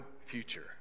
future